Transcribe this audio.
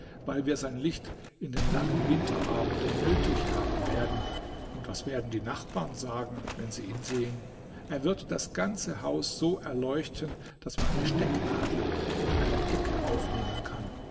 weil wir sein licht in den langen winterabenden nötig haben werden und was werden die nachbarn sagen wenn sie ihn sehen er wird das ganze haus so erleuchten daß man eine stecknadel in einer ecke aufnehmen kann